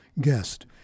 guest